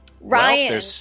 Ryan